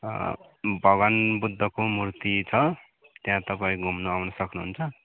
भगवान् बुद्धको मूर्ति छ त्यहाँ तपाईँ घुम्नु आउनु सक्नु हुन्छ